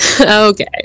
Okay